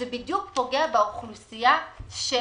זה פוגע בדיוק באוכלוסייה של